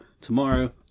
Tomorrow